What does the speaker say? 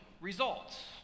results